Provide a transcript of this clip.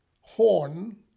horn